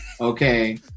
okay